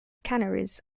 canneries